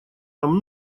нам